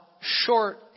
short